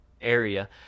area